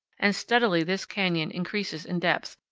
and steadily this canyon increases in depth,